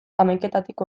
hamaiketatik